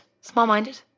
Small-minded